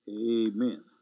Amen